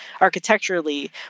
architecturally